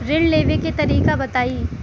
ऋण लेवे के तरीका बताई?